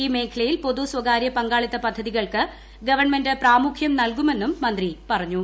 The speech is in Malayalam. ഈ മേഖലയിൽ പൊതു സ്വകാരൃ പങ്കാളിത്ത പദ്ധതികൾക്ക് ഗവൺമെന്റ് പ്രാമുഖ്യം നൽകുമെന്നും മന്ത്രി പറഞ്ഞു